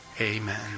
amen